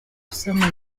gusama